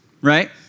right